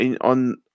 on